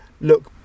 look